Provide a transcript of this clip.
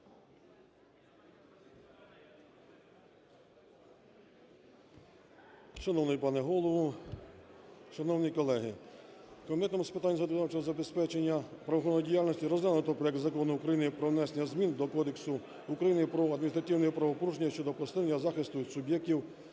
Шановний пане Голово, шановні колеги! Комітетом з питань законодавчого забезпечення правоохоронної діяльності розглянуто проект Закону України про внесення змін до Кодексу України про адміністративні правопорушення щодо посилення захисту суб'єктів